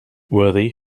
worthy